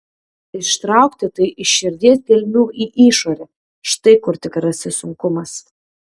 ištraukti tai iš širdies gelmių į išorę štai kur tikrasis sunkumas